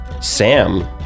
Sam